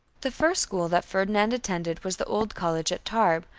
the first school that ferdinand attended was the old college at tarbes,